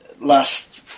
last